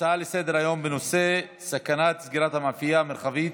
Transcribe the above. הצעות לסדר-היום בנושא: סכנת סגירת המאפייה המרחבית